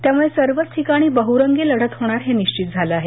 त्यामुळे सर्वच ठिकाणी बहुरंगी लढत होणार हे निश्चित झालं आहे